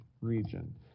region